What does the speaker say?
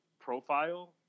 profile